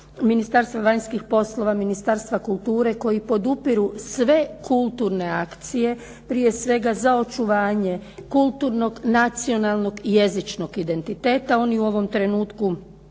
Ministarstva vanjskih polova, Ministarstva kulture koji podupiru sve kulturne akcije prije svega za očuvanje kulturnog, nacionalnog i jezičnog identiteta. Oni u ovom trenutku